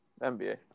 NBA